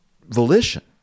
volition